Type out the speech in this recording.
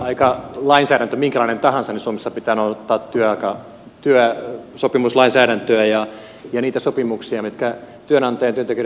oli kauppojen aukioloaikalainsäädäntö minkälainen tahansa niin suomessa pitää noudattaa työsopimuslainsäädäntöä ja niitä sopimuksia mitkä työnantajan ja työntekijöiden välillä on tehty